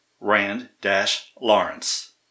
rand-lawrence